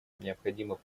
необходимо